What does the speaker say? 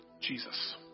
Jesus